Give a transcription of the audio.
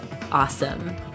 awesome